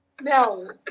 no